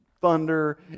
Thunder